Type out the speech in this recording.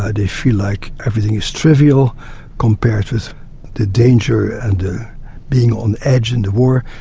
ah they feel like everything is trivial compared with the danger and the being on edge in the war,